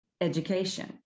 education